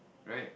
right